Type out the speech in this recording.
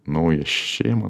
naują šeimą